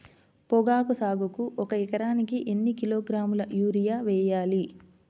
పొగాకు సాగుకు ఒక ఎకరానికి ఎన్ని కిలోగ్రాముల యూరియా వేయాలి?